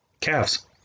Calves